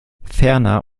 ferner